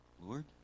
Lord